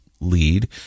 lead